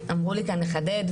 כאן לחדד,